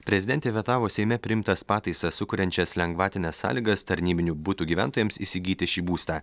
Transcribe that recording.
prezidentė vetavo seime priimtas pataisas sukuriančias lengvatines sąlygas tarnybinių butų gyventojams įsigyti šį būstą